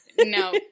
No